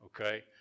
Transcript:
Okay